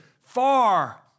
far